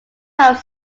have